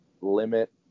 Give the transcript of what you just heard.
limit